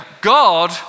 God